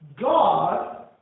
God